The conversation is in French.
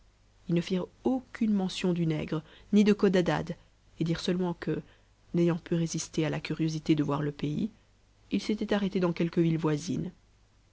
ils ne firent aucune mention du nègre ni de codadad et dirent seulement que n'ayant pu résister à la curiosité de voir le pays ils s'étaient arrêtés dans quelques villes voisines